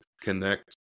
connect